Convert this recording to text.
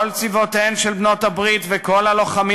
כל צבאותיהן של בעלות-הברית וכל הלוחמים